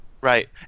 Right